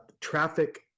traffic